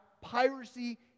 piracy